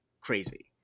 crazy